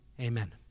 Amen